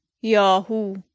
Yahoo